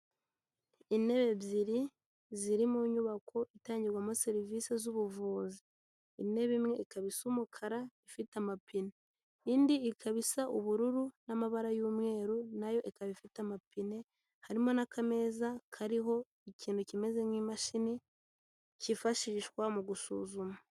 Intebe ebyiri ziri mu nyubako itangirwamo serivisi z'ubuvuzi, intebe imwe ikaba isa umukara ifite amapine indi ikaba isa ubururu n'amabara y'umweru nayo ikaba ifite amapine harimo n'akameza kariho ikintu kimeze nk'imashini kifashishwa mu gusuzuma.